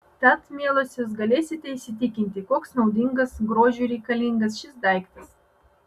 tad mielosios galėsite įsitikinti koks naudingas grožiui reikalingas šis daiktas